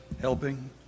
Helping